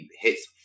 hits